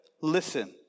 listen